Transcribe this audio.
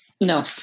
No